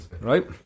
right